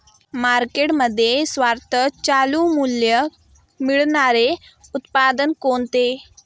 मार्केटमध्ये सर्वात चालू मूल्य मिळणारे उत्पादन कोणते?